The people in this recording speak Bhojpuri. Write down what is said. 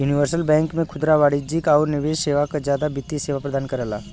यूनिवर्सल बैंक में खुदरा वाणिज्यिक आउर निवेश सेवा क जादा वित्तीय सेवा प्रदान करला